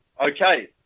Okay